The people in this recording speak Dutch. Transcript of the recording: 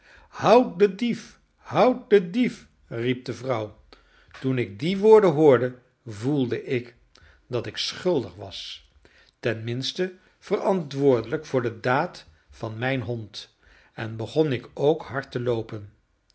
houd den dief riep de vrouw toen ik die woorden hoorde voelde ik dat ik schuldig was tenminste verantwoordelijk voor de daad van mijn hond en begon ik ook hard te loopen